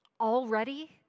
already